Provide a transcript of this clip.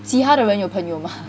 其他的人有朋友吗